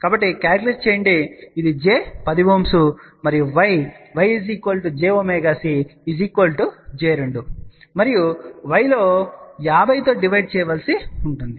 కాబట్టి క్యాలిక్యులేట్ చేయండి ఇది j 10 Ω మరియు y y jωC j 2 మరియు y లో 50 తో డివైడ్ చేయ వలసి ఉంటుంది